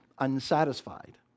Unsatisfied